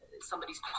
somebody's